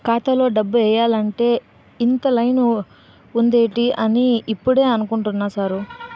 ఖాతాలో డబ్బులు ఎయ్యాలంటే ఇంత లైను ఉందేటి అని ఇప్పుడే అనుకుంటున్నా సారు